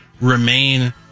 remain